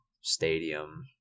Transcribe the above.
stadium